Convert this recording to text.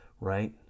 right